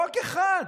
חוק אחד,